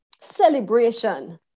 celebration